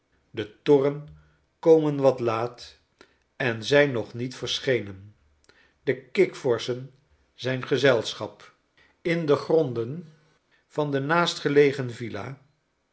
de torren komen wat laat en zijn nog niet verschenen dekikvorschen zy'n gezelschap in de gronden van de naastgelegene villa